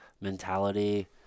mentality